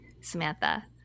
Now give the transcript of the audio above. Samantha